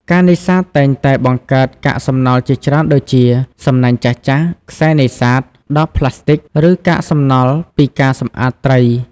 ការនេសាទតែងតែបង្កើតកាកសំណល់ជាច្រើនដូចជា សំណាញ់ចាស់ៗ ខ្សែនេសាទ ដបប្លាស្ទិក ឬកាកសំណល់ពីការសម្អាតត្រី។